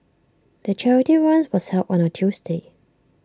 the charity run was held on A Tuesday